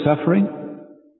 suffering